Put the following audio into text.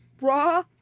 raw